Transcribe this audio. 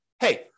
hey